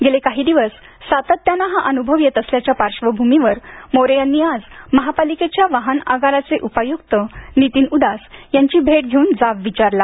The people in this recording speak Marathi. गेले काही दिवस सातत्याने हा अनुभव येत असल्याच्या पार्श्वभूमीवर मोरे यांनी आज महापालिकेच्या वाहन आगाराचे उपायुक्त नितीन उदास यांची भेट घेऊन जाब विचारला